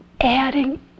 adding